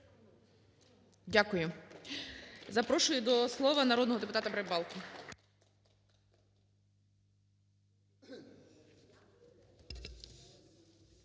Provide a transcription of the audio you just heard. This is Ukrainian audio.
Дякую. Запрошую до слова народного депутата Подоляк.